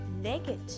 negative